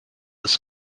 ist